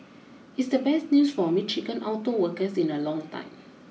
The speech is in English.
it's the best news for Michigan auto workers in a long time